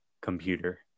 computer